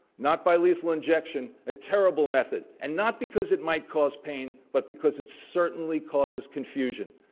not by lethal injection, a terrible method, and not because it might cause pain, but because it certainly causes confusion.